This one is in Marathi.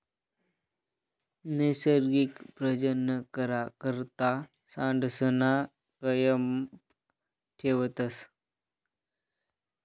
नैसर्गिक प्रजनन करा करता सांडसना कयप ठेवतस